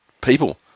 People